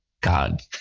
God